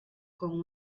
con